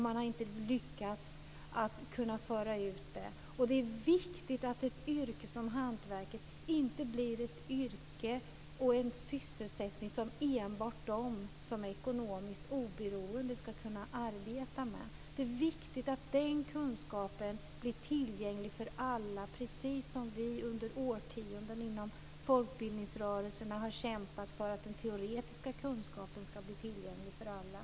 Man har inte lyckats att föra ut detta. Det är viktigt att hantverksyrkena inte blir yrken och sysselsättningar som enbart de som är ekonomiskt oberoende kan arbeta med. Det är viktigt att den kunskapen blir tillgänglig för alla, precis som vi inom folkbildningsrörelserna har kämpat under årtionden för att den teoretiska kunskapen ska bli tillgänglig för alla.